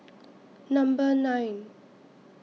Number nine